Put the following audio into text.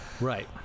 Right